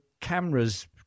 cameras